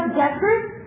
desperate